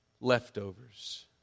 leftovers